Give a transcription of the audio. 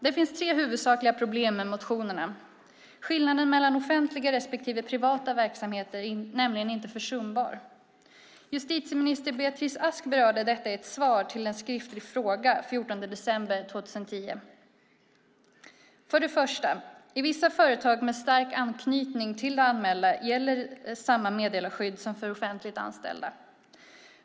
Det finns tre huvudsakliga problem med motionerna. Skillnaden mellan offentliga och privata verksamheter är nämligen inte försumbar. Justitieminister Beatrice Ask berörde detta i ett svar på en skriftlig fråga den 14 december 2010. För det första: I vissa företag med stark anknytning till det allmänna gäller samma meddelarskydd som för offentligt anställda.